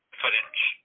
footage